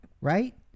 Right